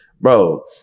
bro